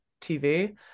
tv